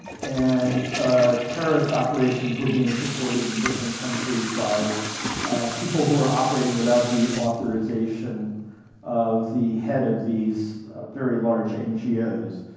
and terrorist operations were being supported in different countries by people who are operating without the authorization of the head of these very large ngos,